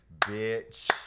Bitch